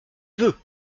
veut